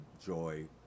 joy